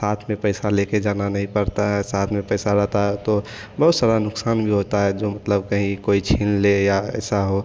साथ में पैसा लेके जाना नहीं पड़ता है साथ में पैसा रहता है तो बहुत सारा नुकसान भी होता है जो मतलब कहीं कोई छीन ले या ऐसा हो